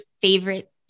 favorite